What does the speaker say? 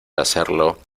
hacerlo